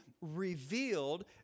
revealed